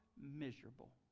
miserable